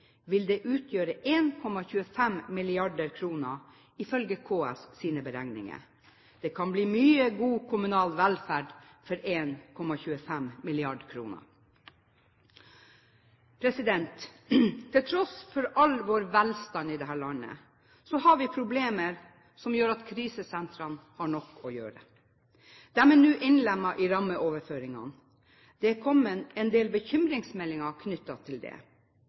vil det utgjøre 1,25 mrd. kr, ifølge KS’ beregninger. Det kan bli mye god kommunal velferd for 1,25 mrd. kr. Til tross for all velstand i dette landet har vi problemer som gjør at krisesentrene har nok å gjøre. De er nå innlemmet i rammeoverføringene. Det er kommet en del bekymringsmeldinger knyttet til det.